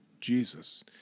Jesus